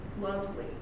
lovely